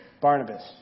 Barnabas